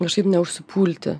kažkaip neužsipulti